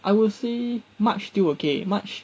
I will say march still okay march